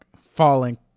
falling